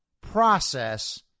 process